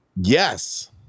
Yes